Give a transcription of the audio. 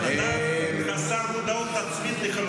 אתה חסר מודעות עצמית לחלוטין.